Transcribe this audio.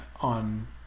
on